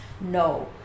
No